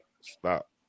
stop